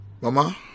Mama